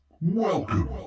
Welcome